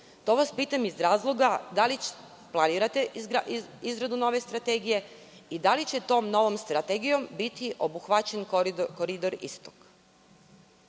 To vas pitam iz razloga - da li planirate izradu nove strategije i da li će tom novom strategijom biti obuhvaćen Koridor